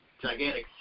Gigantic